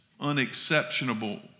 unexceptionable